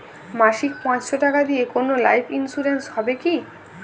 মাসিক পাঁচশো টাকা দিয়ে কোনো লাইফ ইন্সুরেন্স হবে কি?